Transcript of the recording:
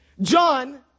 John